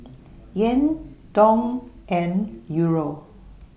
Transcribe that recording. Yen Dong and Euro